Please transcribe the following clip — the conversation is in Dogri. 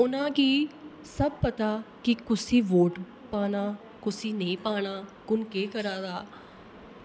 उनागी सब पता कि कुसी वोट पाना कुसी नेईं पाना कु'न केह् करा दा